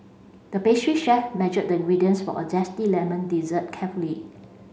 the pastry chef measured the ingredients for a zesty lemon dessert carefully